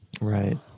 Right